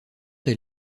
elle